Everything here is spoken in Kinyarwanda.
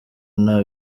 nta